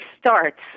starts